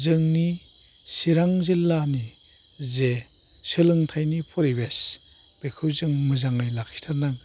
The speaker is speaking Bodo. जोंनि चिरां जिल्लानि जे सोलोंथाइनि फरिबेस बेखौ जों मोजाङै लाखि थारनांगोन